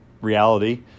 reality